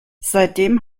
seitdem